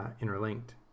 interlinked